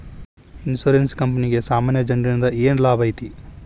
Insurance ಕ್ಂಪನಿಗೆ ಸಾಮಾನ್ಯ ಜನ್ರಿಂದಾ ಏನ್ ಲಾಭೈತಿ?